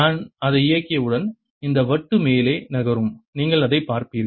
நான் அதை இயக்கியவுடன் இந்த வட்டு மேலே நகரும் நீங்கள் அதைப் பார்ப்பீர்கள்